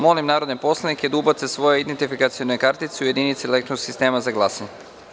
Molim narodne poslanike da ubace svoje identifikacione kartice u jedinice elektronskog sistema za glasanje.